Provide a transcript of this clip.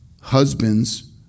Husbands